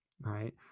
Right